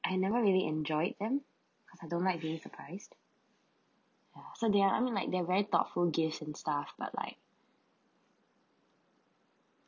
I never really enjoyed them because I don't like this surprised ya so they are I mean like they're very thoughtful gifts and stuff but like